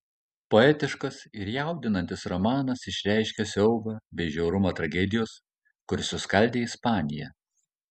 poetiškas ir jaudinantis romanas išreiškia siaubą bei žiaurumą tragedijos kuri suskaldė ispaniją